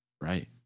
Right